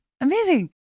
Amazing